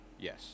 Yes